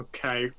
Okay